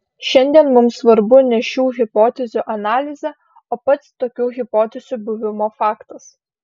šiandien mums svarbu ne šių hipotezių analizė o pats tokių hipotezių buvimo faktas